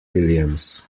williams